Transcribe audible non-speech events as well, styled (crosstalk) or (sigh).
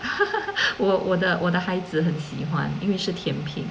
(laughs) 我我的我的孩子很喜欢因为是甜品